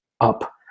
up